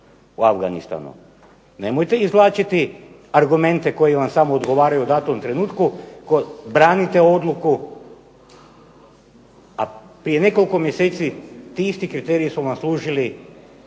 u Afganistanu? Nemojte izvlačiti argumente koji vam samo odgovaraju u datom trenutku. Branite odluku, a prije nekoliko mjeseci ti isti kriteriji su vam služili